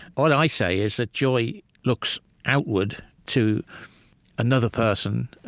all i say is that joy looks outward to another person,